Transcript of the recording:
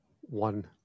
one